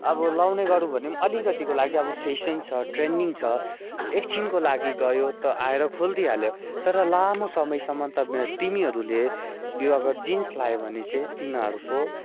अब लाउने गरौँ भने पनि अलिकतिको लागि अब फेसन छ ट्रेन्डिङ् छ एकछिनको लागि गयो त आएर खोलिदिइहाल्यो तर लामो समयसम्म त तिमीहरूले यो अगर जिन्स लायो भने चाहिँ तिमीहरूको